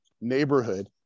neighborhood